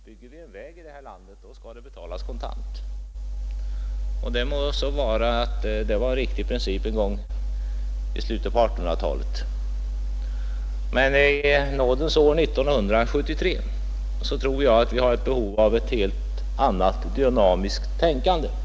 Bygger vi en väg skall vi betala den kontant. Det må ha varit en riktig princip en gång i slutet av 1800-talet, men i nådens år 1973 tror jag att vi har ett behov av ett helt annat, dynamiskt tänkande.